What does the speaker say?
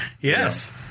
Yes